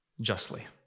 justly